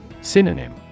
Synonym